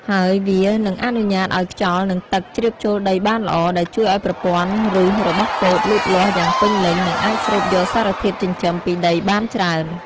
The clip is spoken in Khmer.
ហើយវានឹងអនុញ្ញាតឱ្យខ្យល់ និងទឹកជ្រាបចូលដីបានល្អ ដែលជួយឱ្យប្រព័ន្ធឫសរបស់ពោតលូតលាស់យ៉ាងពេញលេញ និងអាចស្រូបយកសារធាតុចិញ្ចឹមពីដីបានច្រើន។